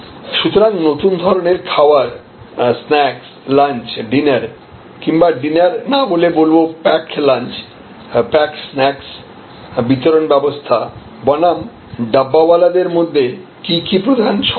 সুতরাং নতুন ধরনের খাবার স্ন্যাকস লাঞ্চ ডিনার কিংবা ডিনার না বলে বলবো প্যাকড লাঞ্চপ্যাকড স্ন্যাকস বিতরণ ব্যবস্থা বনাম ডাব্বাওয়ালা দের মধ্যে কী কী প্রধান সমস্যা